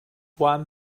one